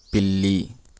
పిల్లి